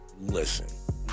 listen